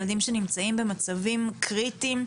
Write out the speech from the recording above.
ילדים שנמצאים במצבים קריטיים,